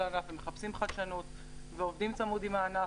בכוחות עצמנו.